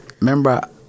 Remember